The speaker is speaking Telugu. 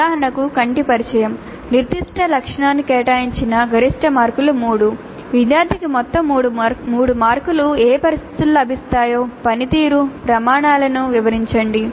ఉదాహరణకు కంటి పరిచయం నిర్దిష్ట లక్షణానికి కేటాయించిన గరిష్ట మార్కులు 3 విద్యార్థికి మొత్తం 3 మార్కులు ఏ పరిస్థితులలో లభిస్తాయో పనితీరు ప్రమాణాలను వివరించండి